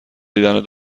دیدن